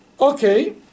Okay